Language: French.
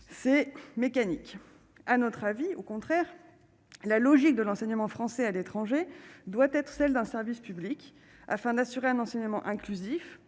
c'est mécanique, à notre avis, au contraire, la logique de l'enseignement français à l'étranger doit être celle d'un service public afin d'assurer un enseignement inclusif